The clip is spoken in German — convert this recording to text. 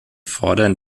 fordern